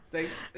Thanks